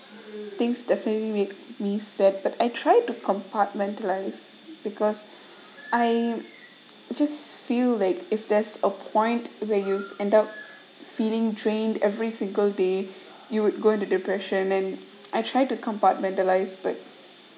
things definitely make me sad but I tried to compartmentalize because I just feel like if there's a point where you end up feeling drained every single day you would go into depression and I try to compartmentalize but